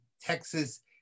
Texas